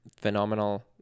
phenomenal